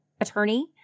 attorney